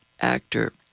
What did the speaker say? actor